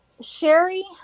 Sherry